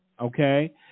Okay